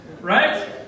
right